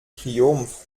triumph